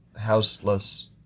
Houseless